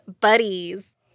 buddies